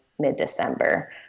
mid-December